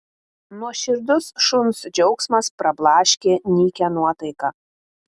nuoširdus šuns džiaugsmas prablaškė nykią nuotaiką